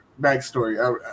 backstory